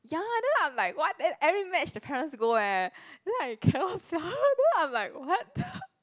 ya then I'm like what then every match the parents go eh then I cannot sia then I'm like what